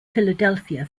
philadelphia